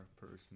person